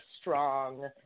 strong